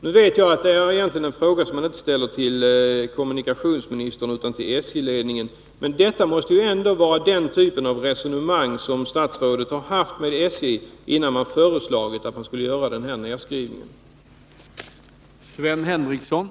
Nu vet jag att detta egentligen är en fråga som man inte skall ställa till kommunikationsministern utan till SJ-ledningen, men detta måste ju ändå vara den typ av resonemang som statsrådet har haft med SJ innan man föreslagit att göra denna nedskrivning. miska målsättning